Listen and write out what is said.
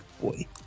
boy